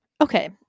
okay